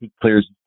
clears